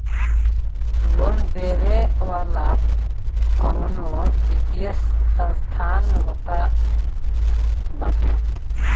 loan देवे वाला कवनो वित्तीय संस्थान होत बाटे